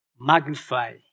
magnify